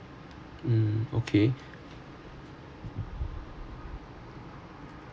mm okay